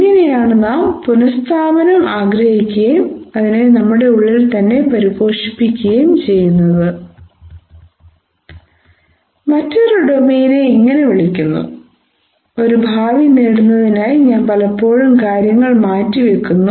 ഇങ്ങനെയാണ് നാം പുനസ്ഥാപനം ആഗ്രഹിക്കുകയും അതിനെ നമ്മുടെ ഉള്ളിൽത്തന്നെ പരിപോഷിപ്പിക്കുകയും ചെയ്യുന്നത് മറ്റൊരു ഡൊമെയ്നെ ഇങ്ങനെ വിളിക്കുന്നു ഒരു ഭാവി നേടുന്നതിനായി ഞാൻ പലപ്പോഴും കാര്യങ്ങൾ മാറ്റിവെക്കുന്നു